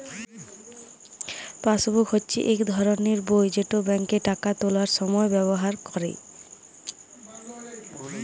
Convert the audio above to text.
passbook হচ্যে ইক ধরলের বই যেট ব্যাংকে টাকা তুলার সময় ব্যাভার ক্যরে